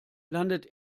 landet